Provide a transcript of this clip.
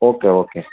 okay okay